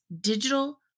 digital